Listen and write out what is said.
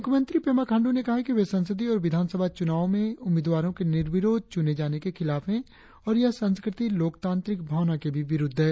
मुख्यमंत्री पेमा खांडू ने कहा कि वे संसदीय और विधान सभा चुनाव में उम्मीदवारों के निर्विरोध चुने जाने के खिलाफ है और यह संस्कृति लोकतांत्रिक भावना के भी विरुद्ध है